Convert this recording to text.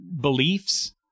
beliefs